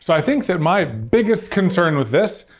so i think that my biggest concern with this,